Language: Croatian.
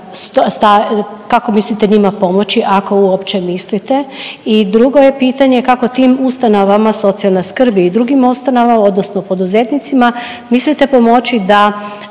kako mislite njima pomoć, ako uopće mislite? I drugo je pitanje, kako tim ustanovama socijalne skrbi i drugim ustanovama odnosno poduzetnicima mislite pomoći da